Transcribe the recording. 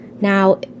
now